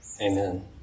Amen